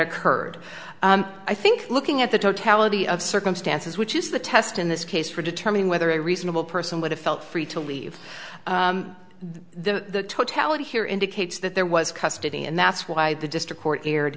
occurred i think looking at the totality of circumstances which is the test in this case for determining whether a reasonable person would have felt free to leave the totality here indicates that there was custody and that's why the district court erred